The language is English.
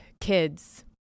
kids